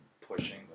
pushing